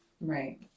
Right